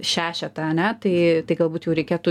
šešetą ane tai tai galbūt jau reikėtų